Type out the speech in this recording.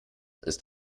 ist